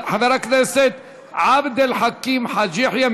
חבר הכנסת עבד אל חכים חאג' יחיא,